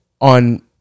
on